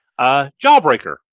Jawbreaker